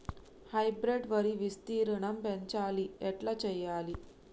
Hybrid వరి విస్తీర్ణం పెంచాలి ఎట్ల చెయ్యాలి?